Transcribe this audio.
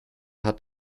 hat